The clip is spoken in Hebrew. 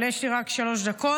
אבל יש לי רק שלוש דקות,